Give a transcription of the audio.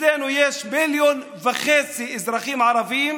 אצלנו יש מיליון וחצי אזרחים ערבים